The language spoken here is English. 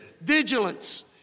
vigilance